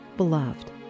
Beloved